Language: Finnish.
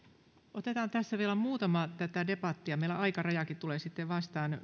otetaan tässä vielä muutama tätä debattia meillä aikarajakin tulee sitten vastaan